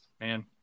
man